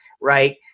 right